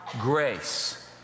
grace